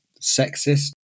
sexist